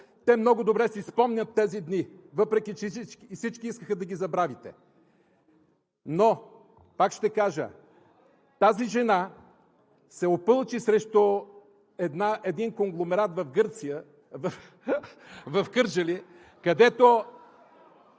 Те много добре си спомнят тези дни, въпреки че всички искаха да ги забравите. Но, пак ще кажа, тази жена се опълчи срещу един конгломерат в Гърция… (Реплика